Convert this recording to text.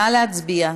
נא להצביע.